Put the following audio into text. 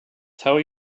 tell